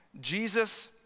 Jesus